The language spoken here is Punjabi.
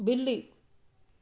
ਬਿੱਲੀ